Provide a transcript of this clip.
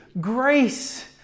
grace